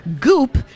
Goop